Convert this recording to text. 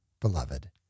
Beloved